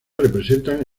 representan